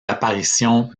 apparitions